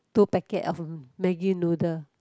two packet of maggie noodle